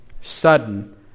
Sudden